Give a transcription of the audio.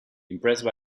impressed